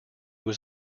was